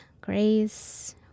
grace